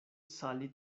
sali